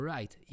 right